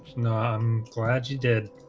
no, i'm glad you did